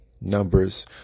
numbers